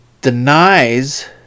denies